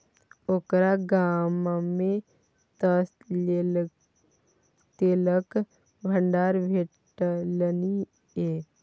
ओकर गाममे तँ तेलक भंडार भेटलनि ये